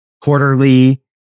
quarterly